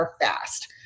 fast